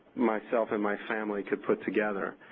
myself and my family could put together.